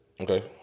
Okay